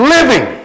Living